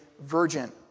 virgin